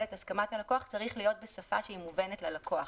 את הסכמת הלקוח צריך להיות בשפה שהיא מובנת ללקוח.